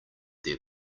their